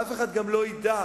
ואף אחד גם לא ידע,